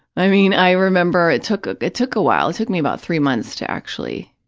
i mean, i remember it took, ah it took a while. it took me about three months to actually